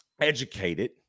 educated